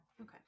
Okay